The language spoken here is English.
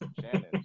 Shannon